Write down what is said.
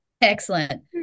Excellent